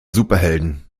superhelden